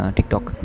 TikTok